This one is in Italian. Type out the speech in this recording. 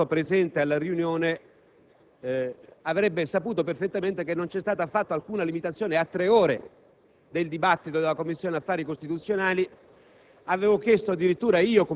Se il collega Palma fosse stato presente alla riunione avrebbe saputo perfettamente che non ci è stata imposta alcuna limitazione a tre ore del dibattito in Commissione affari costituzionali.